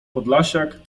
podlasiak